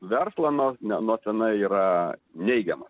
verslą nuo ne nuo senai yra neigiamas